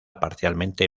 parcialmente